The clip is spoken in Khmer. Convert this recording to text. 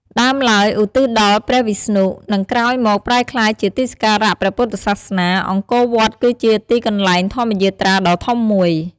ដើមឡើយឧទ្ទិសដល់ព្រះវិស្ណុ និងក្រោយមកប្រែក្លាយជាទីសក្ការៈព្រះពុទ្ធសាសនា អង្គរវត្តគឺជាទីកន្លែងធម្មយាត្រាដ៏ធំមួយ។